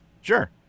Sure